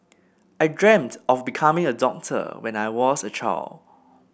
I dreamt of becoming a doctor when I was a child